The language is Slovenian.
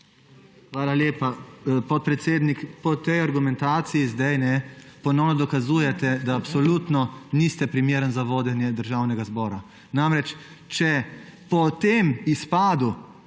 Hvala lepa. Podpredsednik, po tej argumentaciji zdaj ponovno dokazujete, da absolutno niste primerni za vodenje Državnega zbora. Namreč če po tem izpadu